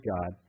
God